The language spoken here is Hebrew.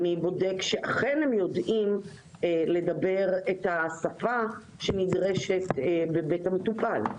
מי בודק שאכן הם יודעים לדבר את השפה שנדרשת בבית המטופל?